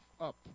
up